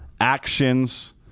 actions